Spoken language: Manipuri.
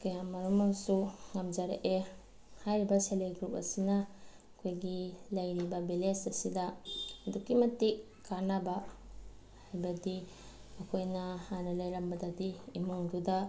ꯀꯌꯥꯃꯔꯣꯝ ꯑꯃꯁꯨ ꯉꯝꯖꯔꯛꯑꯦ ꯍꯥꯏꯔꯤꯕ ꯁꯦꯜꯐ ꯍꯦꯜꯞ ꯒ꯭ꯔꯨꯞ ꯑꯁꯤꯅ ꯑꯩꯈꯣꯏꯒꯤ ꯂꯩꯔꯤꯕ ꯚꯤꯂꯦꯖ ꯑꯁꯤꯗ ꯑꯗꯨꯛꯀꯤ ꯃꯇꯤꯛ ꯀꯥꯟꯅꯕ ꯍꯥꯏꯕꯗꯤ ꯑꯩꯈꯣꯏꯅ ꯍꯥꯟꯅ ꯂꯩꯔꯝꯕꯗꯗꯤ ꯏꯃꯨꯡꯗꯨꯗ